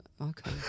Okay